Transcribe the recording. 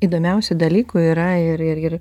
įdomiausių dalykų yra ir ir ir